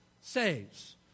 saves